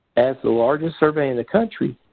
as the largest survey in the country,